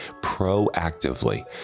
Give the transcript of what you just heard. proactively